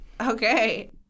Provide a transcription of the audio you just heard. Okay